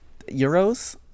Euros